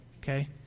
okay